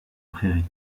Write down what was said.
prairie